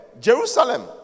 Jerusalem